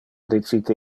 dicite